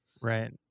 Right